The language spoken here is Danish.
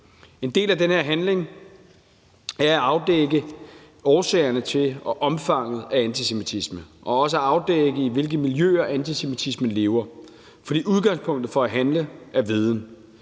En del af den her handling er at afdække årsagerne til og omfanget af antisemitismen og også afdække, i hvilke miljøer antisemitismen lever, for udgangspunktet for at handle er viden.